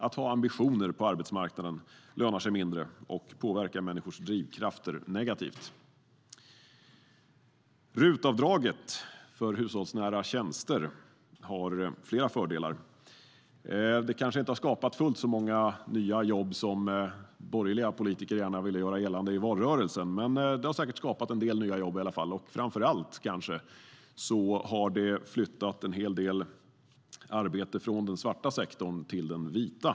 Att ha ambitioner på arbetsmarknaden lönar sig mindre, och människors drivkrafter påverkas negativt. RUT-avdraget för hushållsnära tjänster har flera fördelar. Det har kanske inte skapat fullt så många nya jobb som de borgerliga politikerna gärna ville göra gällande i valrörelsen, men det har säkert skapat en del nya jobb. Framför allt har det flyttat en hel del arbete från den svarta sektorn till den vita.